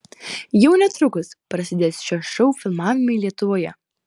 jau netrukus prasidės šio šou filmavimai lietuvoje